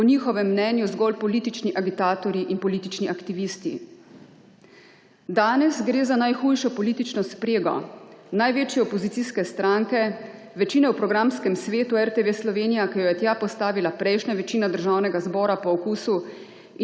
po njihovem mnenju zgolj politični agitatorji in politični aktivisti. Danes gre za najhujšo politično sprego največje opozicijske stranke, večine v programskem svetu RTV Slovenija, ki jo je tja postavila prejšnja večina Državnega zbora po okusi